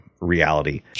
reality